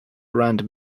random